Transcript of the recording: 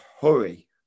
hurry